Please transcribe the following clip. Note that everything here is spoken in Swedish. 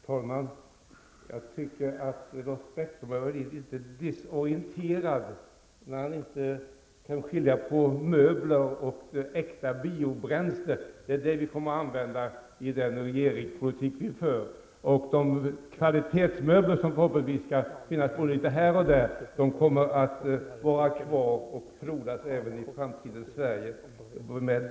Herr talman! Jag tycker att Lars Bäckström är litet desorienterad, när han inte kan skilja på möbler och äkta biobränsle. Det är det vi kommer att använda i den regeringspolitik vi för. De kvalitetsmöbler som förhoppningsvis skall finnas både här och där kommer med vår politik att vara kvar även i framtidens Sverige.